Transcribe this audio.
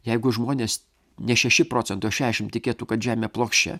jeigu žmonės ne šeši procentai o šešim tikėtų kad žemė plokščia